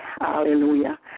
hallelujah